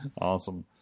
awesome